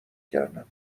کردم